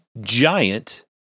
giant